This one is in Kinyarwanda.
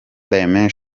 for